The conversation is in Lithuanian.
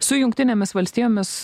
su jungtinėmis valstijomis